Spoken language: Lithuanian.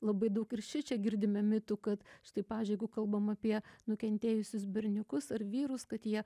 labai daug ir šičia girdime mitų kad štai pavyzdžiui jeigu kalbam apie nukentėjusius berniukus ar vyrus kad jie